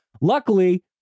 luckily